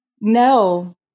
No